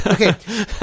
okay